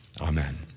Amen